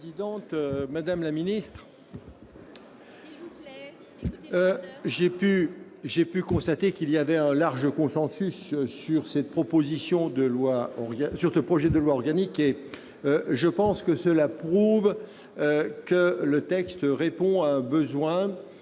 Madame la présidente, madame la ministre, j'ai pu constater qu'il y avait un large consensus sur ce projet de loi organique. Cela prouve que le texte répond à un besoin et qu'une